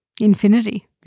infinity